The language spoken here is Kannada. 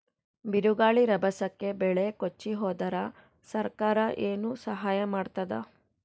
ಬಿರುಗಾಳಿ ರಭಸಕ್ಕೆ ಬೆಳೆ ಕೊಚ್ಚಿಹೋದರ ಸರಕಾರ ಏನು ಸಹಾಯ ಮಾಡತ್ತದ?